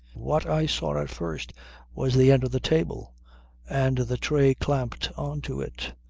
what i saw at first was the end of the table and the tray clamped on to it,